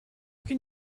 can